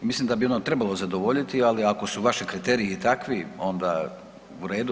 I mislim da bi ono trebalo zadovoljiti, ali ako su vaši kriteriji takvi onda u redu.